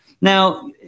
Now